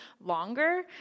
longer